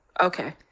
Okay